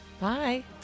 Bye